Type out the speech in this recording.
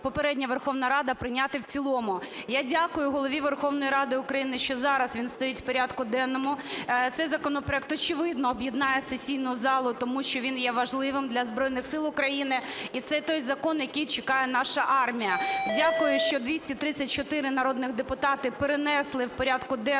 попередня Верховна Рада прийняти в цілому. Я дякую Голові Верховної Ради України, що зараз він стоїть у порядку денному. Цей законопроект, очевидно, об'єднає сесійну залу, тому що він є важливим для Збройних Сил України. І це той закон, який чекає наша армія. Дякую, що 234 народні депутати перенесли в порядку денному